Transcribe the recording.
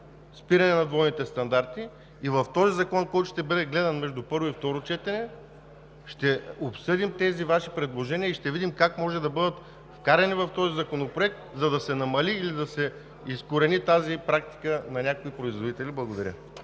спиране на двойните стандарти. В закона, който ще бъде гледан между първо и второ четене, ще обсъдим Вашите предложения и ще видим как може да бъдат вкарани в законопроекта, за да се намали или да се изкорени тази практика на някои производители. Благодаря.